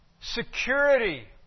security